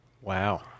Wow